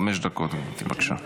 חמש דקות, גברתי, בבקשה.